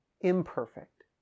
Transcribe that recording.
imperfect